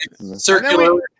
Circular